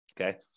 Okay